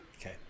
Okay